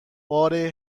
بار